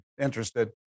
interested